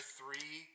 three